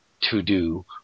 to-do